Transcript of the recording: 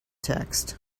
text